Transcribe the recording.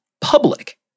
Public